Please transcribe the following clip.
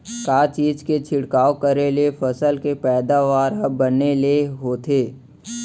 का चीज के छिड़काव करें ले फसल के पैदावार ह बने ले होथे?